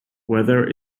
weather